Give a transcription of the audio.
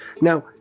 Now